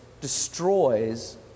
destroys